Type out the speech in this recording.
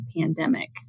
pandemic